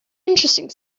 interesting